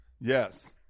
yes